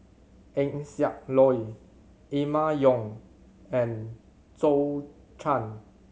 Eng Siak Loy Emma Yong and Zhou Can